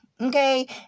Okay